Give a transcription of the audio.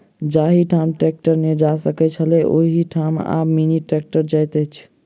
जाहि ठाम ट्रेक्टर नै जा सकैत छलै, ओहि ठाम आब मिनी ट्रेक्टर जाइत अछि